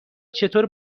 چطور